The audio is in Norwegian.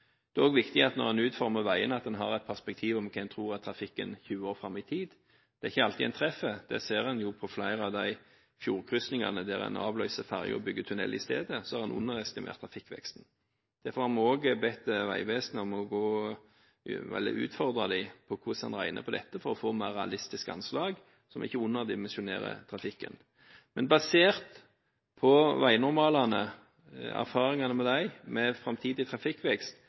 Det er også viktig når en utformer veier, at en har et perspektiv på hva en tror om trafikken 20 år fram i tid. Det er ikke alltid en treffer. En ser jo at på flere av fjordkrysningene, der en avløser ferger og bygger tunnel i stedet, har en underestimert trafikkveksten. Derfor har vi også utfordret Vegvesenet på hvordan de regner på dette, for å få mer realistiske anslag som ikke underdimensjonerer trafikken. Basert på veinormalene og erfaringene med dem, framtidig trafikkvekst